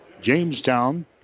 Jamestown